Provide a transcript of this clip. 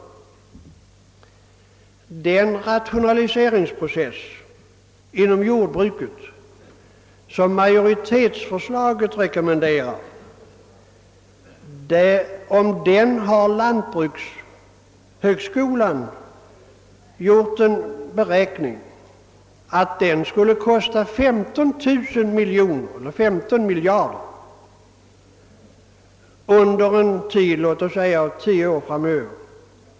Lantbrukshögskolan har beräknat att den rationaliseringsprocess inom jordbruket som majoritetsförslaget rekommenderar skulle kosta 15 miljarder under låt oss säga tio år framöver.